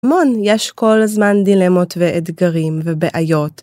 המון, יש כל הזמן דילמות ואתגרים ובעיות.